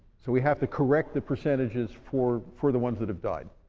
so we have to correct the percentages for for the ones that have died.